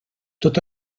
tot